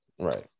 right